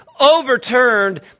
overturned